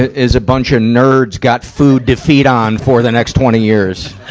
is a bunch of nerds got food to feed on for the next twenty years.